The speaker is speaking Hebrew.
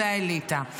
היא האליטה.